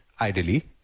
ideally